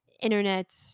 internet